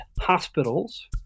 hospitals